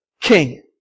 king